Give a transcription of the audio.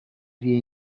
vie